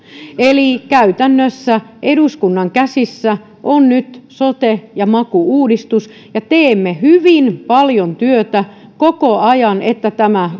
eli käytännössä eduskunnan käsissä on nyt sote ja maku uudistus ja teemme hyvin paljon työtä koko ajan että tämä